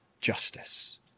justice